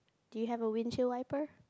do you have a windshield wiper